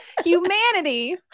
humanity